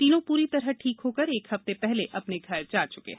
तीनो पुरी तरह ठीक होकर एक हफ्ते पहले अपने घर जा च्के है